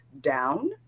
down